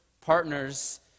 partners